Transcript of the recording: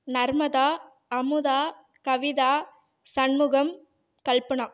Narmada Amudha Kavitha Shanmugam Kalpana